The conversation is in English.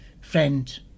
friend